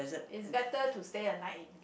is better to stay a night